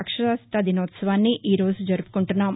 అక్షరాస్యతా దినోత్సవాన్ని ఈ రోజు జరుపుకుంటున్నాం